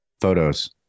Photos